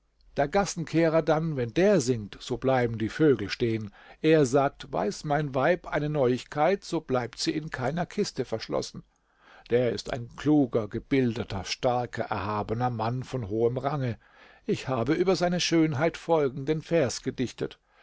der gassenkehrer dann wenn der singt so bleiben die vögel stehen er sagt weiß mein weib eine neuigkeit so bleibt sie in keiner kiste verschlossen der ist ein kluger gebildeter starker erhabener mann von hohem range ich habe über seine schönheit folgenden vers gedichtet